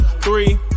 three